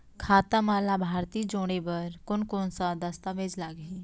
खाता म लाभार्थी जोड़े बर कोन कोन स दस्तावेज लागही?